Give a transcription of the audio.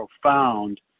profound